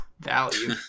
value